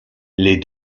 les